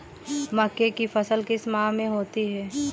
मक्के की फसल किस माह में होती है?